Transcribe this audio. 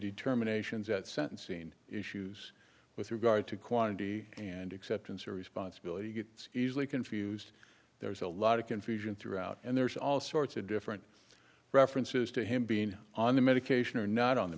determinations at sentencing issues with regard to quantity and acceptance or responsibility gets easily confused there's a lot of confusion throughout and there's all sorts of different references to him being on the medication or not on the